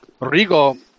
Rigo